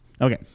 Okay